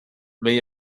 may